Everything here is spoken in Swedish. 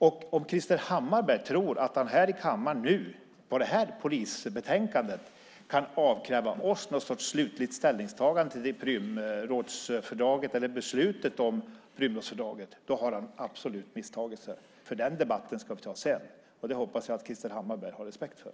Om Krister Hammarbergh tror att han här i kammaren nu i samband med det här polisbetänkandet kan avkräva oss någon sorts slutligt ställningstagande till beslutet om Prümrådsfördraget har han absolut misstagit sig. Den debatten ska vi ta sedan. Det hoppas jag att Krister Hammarbergh har respekt för.